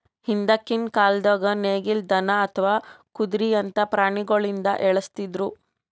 ಹಿಂದ್ಕಿನ್ ಕಾಲ್ದಾಗ ನೇಗಿಲ್, ದನಾ ಅಥವಾ ಕುದ್ರಿಯಂತಾ ಪ್ರಾಣಿಗೊಳಿಂದ ಎಳಸ್ತಿದ್ರು